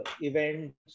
events